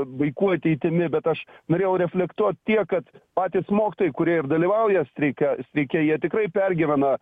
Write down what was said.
vaikų ateitimi bet aš norėjau reflektuot tiek kad patys mokytojai kurie ir dalyvauja streike streike jie tikrai pergyvena